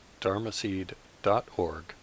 dharmaseed.org